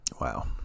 wow